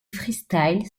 freestyle